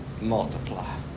multiply